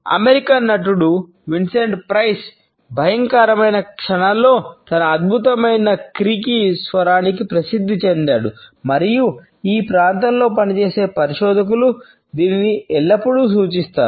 American స్వరానికి ప్రసిద్ది చెందాడు మరియు ఈ ప్రాంతంలో పనిచేసే పరిశోధకులు దీనిని ఎల్లప్పుడూ సూచిస్తారు